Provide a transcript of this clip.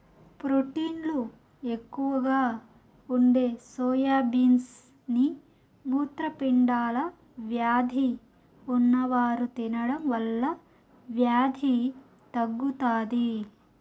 ప్రోటీన్లు ఎక్కువగా ఉండే సోయా బీన్స్ ని మూత్రపిండాల వ్యాధి ఉన్నవారు తినడం వల్ల వ్యాధి తగ్గుతాది